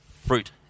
Fruit